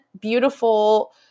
beautiful